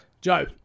Joe